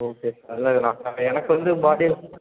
okay sir இல்லைல்ல நான் எனக்கு வந்து பாடியில்